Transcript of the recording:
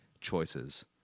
choices